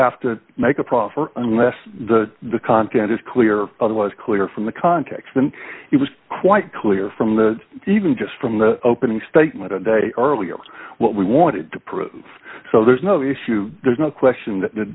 have to make a profit unless the content is clear otherwise clear from the context and it was quite clear from the even just from the opening statement a day earlier was what we wanted to prove so there's no issue there's no question that th